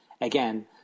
Again